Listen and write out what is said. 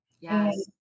Yes